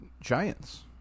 Giants